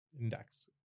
index